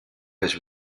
has